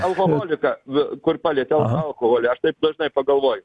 alkoholiką kur palietė alkoholį aš taip dažnai pagalvoju